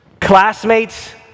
classmates